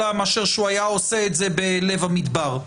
מאשר הוא היה עושה את זה בלב המדבר.